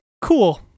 cool